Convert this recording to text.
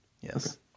Yes